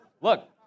look